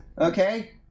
okay